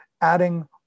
adding